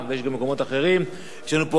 יש לנו פה הבעת עמדה נוספת.